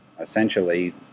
essentially